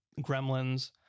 gremlins